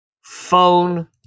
phone